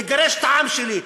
לגרש את העם שלי,